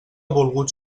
volgut